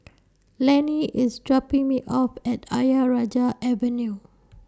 Laney IS dropping Me off At Ayer Rajah Avenue